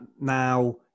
now